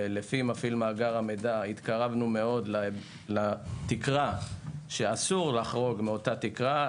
ולפי מפעיל מאגר המידע התקרבנו מאוד לתקרה שאסור לחרוג מעבר לאותה תקרה,